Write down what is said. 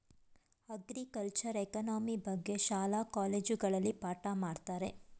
ಅಗ್ರಿಕಲ್ಚರೆ economy ಬಗ್ಗೆ ಶಾಲಾ ಕಾಲೇಜುಗಳಲ್ಲಿ ಪಾಠ ಮಾಡತ್ತರೆ